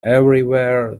everywhere